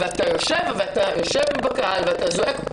אתה יושב בקהל ואתה רוצה לזעוק.